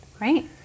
Right